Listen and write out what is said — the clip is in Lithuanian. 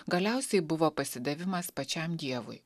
galiausiai buvo pasidavimas pačiam dievui